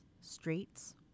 streets